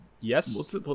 yes